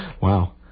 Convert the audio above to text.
Wow